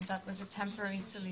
זה היה פתרון זמני.